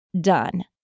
done